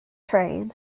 train